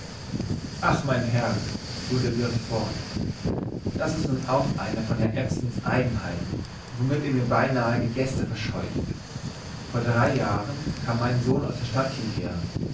ach mein herr fuhr der wirt fort das ist nun auch eine von herr ewsons eigenheiten womit er mir beinahe die gäste verscheucht vor drei jahren kam mein sohn aus der stadt hieher